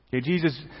Jesus